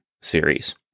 series